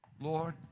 Lord